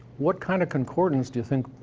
what kind of concordance do you think